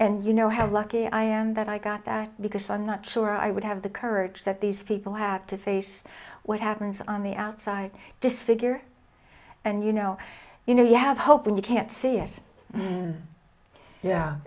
and you know how lucky i am that i got that because i'm not sure i would have the courage that these people have to face what happens on the outside disfigure and you know you know you have hope and you can't see